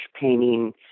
painting